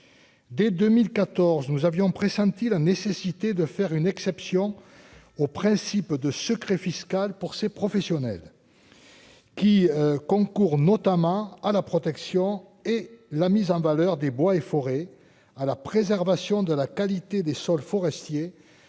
dès 2014 nous avions pressenti la nécessité de faire une exception au principe de secret fiscal pour ces professionnels. Qui concourt notamment à la protection et la mise en valeur des bois et forêts à la préservation de la qualité des sols forestiers